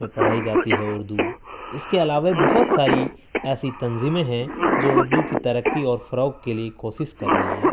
میں پڑھائی جاتی ہے اردو اس کے علاوہ بہت ساری ایسی تنظیمیں ہیں جو اردو کی ترقی اور فروغ کے لیے کوشش کر رہی ہیں